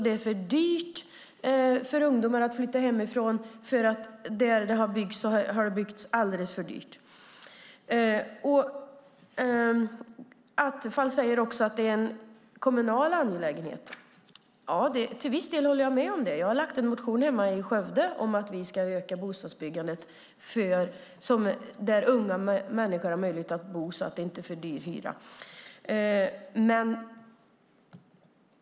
Det är för dyrt för ungdomar att flytta hemifrån. Där det byggs är det alldeles för dyrt. Attefall säger att byggandet är en kommunal angelägenhet. Till viss del håller jag med om det. Jag har väckt en motion hemma i Skövde om att öka bostadsbyggandet så att unga människor kan bo utan för dyr hyra.